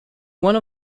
one